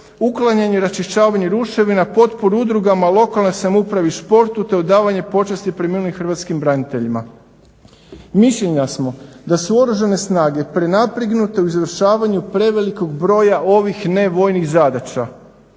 uklanjanje i raščišćavanje ruševina, potpora udrugama, lokalnoj samoupravi, športu te odavanje počasti preminulim hrvatskim braniteljima. Mišljenja smo da su Oružane snage prenapregnute u izvršavanju prevelikog broja ovih nevojnih zadaća.